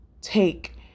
take